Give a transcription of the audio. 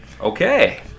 Okay